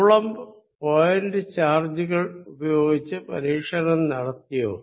Coulomb point ചാർജ്ജുകൾ ഉപയോഗിച്ച് പരീക്ഷണം നടത്തിയോ